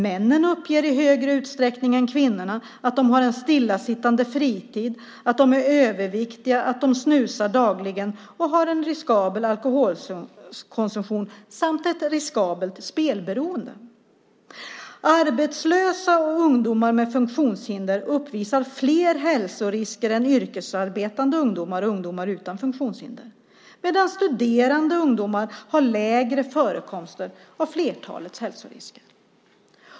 Männen uppger i större utsträckning än kvinnorna att de har en stillasittande fritid, att de är överviktiga, att de snusar dagligen och har en riskabel alkoholkonsumtion samt ett riskabelt spelberoende. Arbetslösa och ungdomar med funktionshinder uppvisar fler hälsorisker än yrkesarbetande ungdomar och ungdomar utan funktionshinder medan studerande ungdomar har lägre förekomster av flertalet hälsorisker.